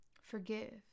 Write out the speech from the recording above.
forgive